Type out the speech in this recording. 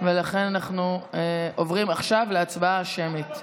ולכן אנחנו עוברים עכשיו להצבעה שמית,